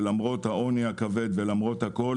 ולמרות העוני הכבד ולמרות הכול